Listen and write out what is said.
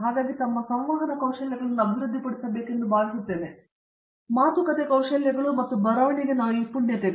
ಹಾಗಾಗಿ ಅವರು ತಮ್ಮ ಸಂವಹನ ಕೌಶಲ್ಯಗಳನ್ನು ಅಭಿವೃದ್ಧಿಪಡಿಸಬೇಕೆಂದು ನಾನು ಭಾವಿಸುತ್ತೇನೆ ಮಾತುಕತೆ ಕೌಶಲ್ಯಗಳು ಮತ್ತು ಬರವಣಿಗೆ ನೈಪುಣ್ಯತೆಗಳು